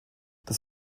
das